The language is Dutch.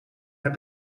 naar